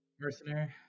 mercenary